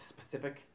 specific